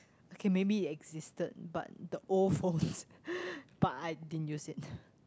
okay maybe existed but the old phones but I didn't use it